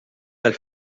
del